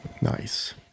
Nice